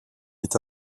est